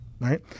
right